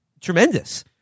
tremendous